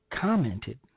commented